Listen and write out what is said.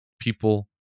People